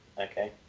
okay